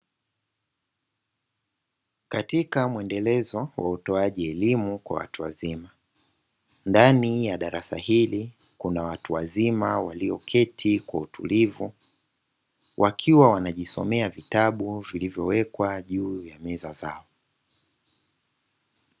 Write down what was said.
Katika mwendelezo wa utoaji elimu kwa watu wazima, ndani ya darasa hili, kuna watu wazima walio keti kwa utulivu, wakiwa wanajisomea vitabu vilivyo wekwa juu ya meza zao.